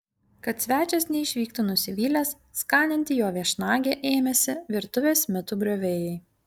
kad svečias neišvyktų nusivylęs skaninti jo viešnagę ėmėsi virtuvės mitų griovėjai